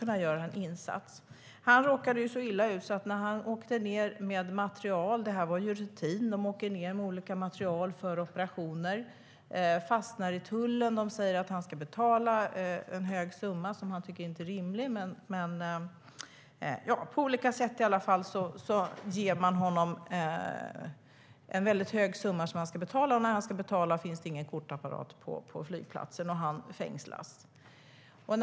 När han åkte ned med olika material till operationer, vilket var rutin, fastnade han i tullen. De sa att han skulle betala en hög summa som han inte tyckte var rimlig. De angav i alla fall en väldigt hög summa som han skulle betala. Men när han skulle betala fanns det ingen kortapparat på flygplatsen. Därför fängslades han.